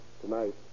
Tonight